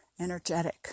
energetic